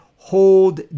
hold